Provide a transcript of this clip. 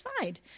side